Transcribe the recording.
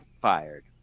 fired